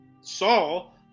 Saul